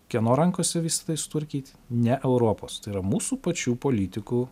kieno rankose visa tai sutvarkyti ne europos tai yra mūsų pačių politikų